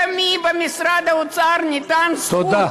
למי במשרד האוצר ניתנה זכות, תודה.